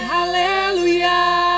Hallelujah